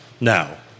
Now